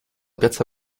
piazza